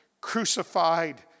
crucified